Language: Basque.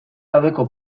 gabeko